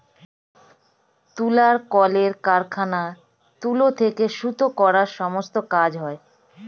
তুলার কলের কারখানায় তুলো থেকে সুতো করার সমস্ত কাজ হয়